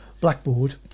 blackboard